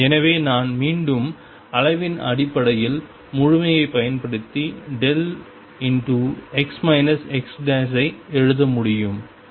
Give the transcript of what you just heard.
எனவே நான் மீண்டும் அளவின் அடிப்படையில் முழுமையைப் பயன்படுத்தி x xஐ எழுத முடியும்